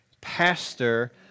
pastor